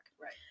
Right